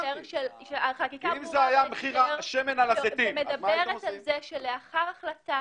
החקיקה מדברת על זה שלאחר החלטת